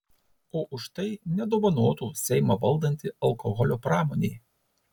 o už tai nedovanotų seimą valdanti alkoholio pramonė